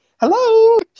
hello